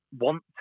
want